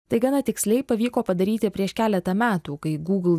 tai gana tiksliai pavyko padaryti prieš keletą metų kai google